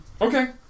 Okay